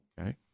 Okay